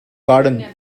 garden